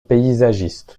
paysagiste